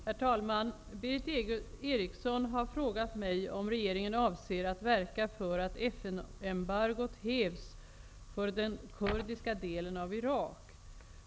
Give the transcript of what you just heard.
Herr talman! Berith Eriksson har frågat mig om regeringen avser att verka för att FN-embargot hävs för den kurdiska delen av Irak.